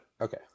okay